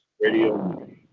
Radio